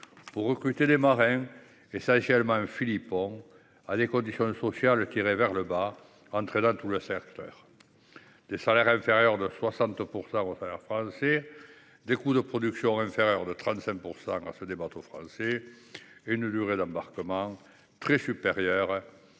pour recruter des marins essentiellement philippins, à des conditions sociales tirées vers le bas, entraînant tout le secteur : salaires inférieurs de 60 % aux salaires français, coûts de production inférieurs de 35 % à ceux des bateaux français, durée d'embarquement très supérieure